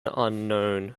unknown